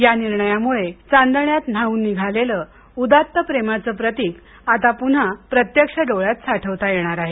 या निर्णयामुळे चांदण्यात न्हाऊन निघालेलं उदात्त प्रेमाचं प्रतीक आता पुन्हा प्रत्यक्ष डोळ्यात साठवता येणार आहे